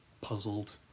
puzzled